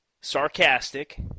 sarcastic